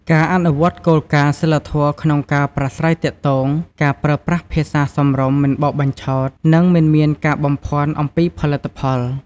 ការអនុវត្តគោលការណ៍សីលធម៌ក្នុងការប្រាស្រ័យទាក់ទង ការប្រើប្រាស់ភាសាសមរម្យ មិនបោកបញ្ឆោត និងមិនមានការបំភាន់អំពីផលិតផល។